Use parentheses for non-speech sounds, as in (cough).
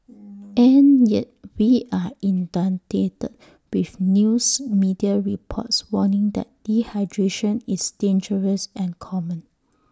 (noise) and yet we are inundated with news media reports warning that dehydration is dangerous and common